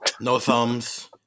No-thumbs